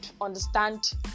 understand